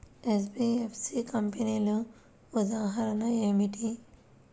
NBFC కంపెనీల ఉదాహరణ ఏమిటి?